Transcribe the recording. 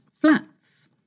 flats